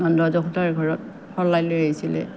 নন্দ যশোদাৰ ঘৰত সলাই লৈ আহিছিলে